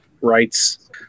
rights